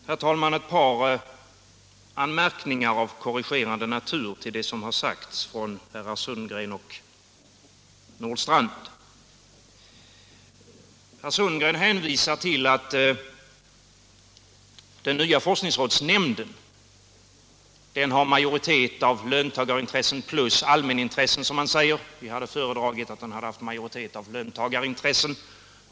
Herr talman! Ett par anmärkningar av korrigerande natur till vad som har sagts av herr Sundgren och herr Nordstrandh. Herr Sundgren hänvisar till att den nya forskningsrådsnämnden har majoritet av löntagarintressen och allmänintressen. Vi hade föredragit att den haft en majoritet av löntagarintressen.